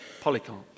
Polycarp